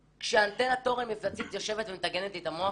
כשאנטנה תורן מפלצתית יושבת ומטגנת לי את המוח?